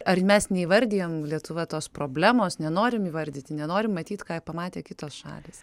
ar mes neįvardijam lietuva tos problemos nenorim įvardyti nenorim matyt ką pamatė kitos šalys